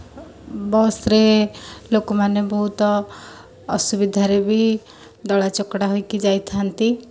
ବସ୍ରେ ଲୋକମାନେ ବହୁତ ଅସୁବିଧାରେ ବି ଦଳାଚକଟା ହୋଇକି ଯାଇଥାନ୍ତି